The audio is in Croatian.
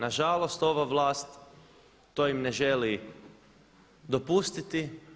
Na žalost ova vlast to im ne želi dopustiti.